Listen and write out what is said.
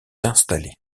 installé